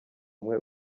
umwe